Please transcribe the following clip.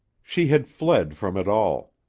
she had fled from it all.